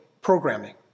programming